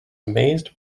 amazed